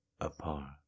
apart